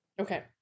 Okay